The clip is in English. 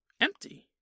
empty